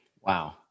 Wow